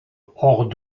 hors